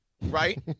right